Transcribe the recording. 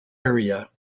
area